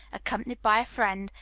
accompanied by a friend,